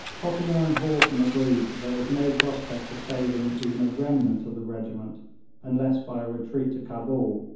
pottinger and haughton agreed that there was no prospect of saving even a remnant of the regiment unless by a retreat to cabul,